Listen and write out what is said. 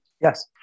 Yes